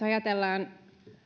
ajatellaan